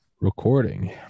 recording